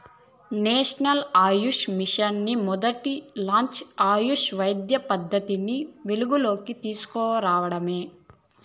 national AYUSH mission మొదటి లచ్చెం ఆయుష్ వైద్య పద్దతిని వెలుగులోనికి తీస్కు రావడమే